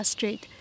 Street） 。